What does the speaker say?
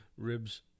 ribs